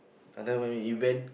under maybe event